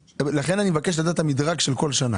לכן אני מבקש לדעת את המדרג של כל שנה